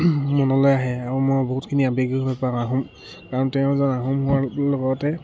মনলৈ আহে আৰু মই বহুতখিনি আৱেগিক হৈ পৰোঁ আহোম কাৰণ তেওঁ এজন আহোম হোৱাৰ লগতে